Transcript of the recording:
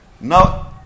Now